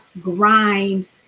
grind